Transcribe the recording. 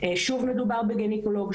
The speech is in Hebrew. שוב מדובר בגניקולוג,